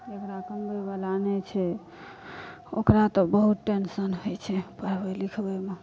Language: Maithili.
जेकरा कमबै बला नहि छै ओकरा तऽ बहुत टेंशन होइ छै पढ़बै लिखबैमे